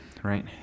Right